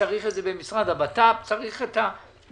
שצריך את זה, המשרד לבט"פ צריך את זה,